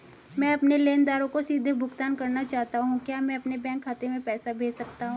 मैं अपने लेनदारों को सीधे भुगतान करना चाहता हूँ क्या मैं अपने बैंक खाते में पैसा भेज सकता हूँ?